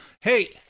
Hey